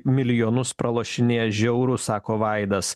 milijonus pralošinėja žiauru sako vaidas